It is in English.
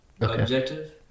objective